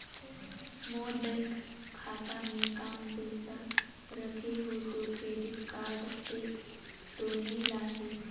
मोर bank खाता मे काम पइसा रखे हो तो क्रेडिट कारड टेक्स तो नइ लाही???